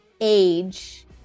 age